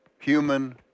Human